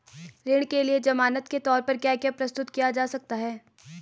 ऋण के लिए ज़मानात के तोर पर क्या क्या प्रस्तुत किया जा सकता है?